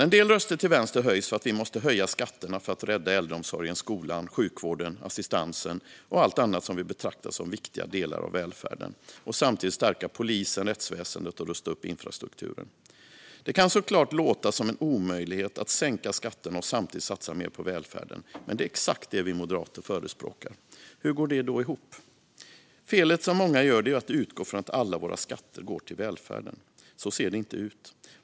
En del röster till vänster höjs för att vi måste höja skatterna för att rädda äldreomsorgen, skolan, sjukvården, assistansen och allt annat som vi betraktar som viktiga delar av välfärden och samtidigt stärka polisen, rättsväsendet och rusta upp infrastrukturen. Det kan såklart låta som en omöjlighet att sänka skatterna och samtidigt satsa mer på välfärden. Men det är exakt det som vi moderater förespråkar. Hur går det då ihop? Felet som många gör är att utgå från att alla våra skatter går till välfärden. Så ser det inte ut.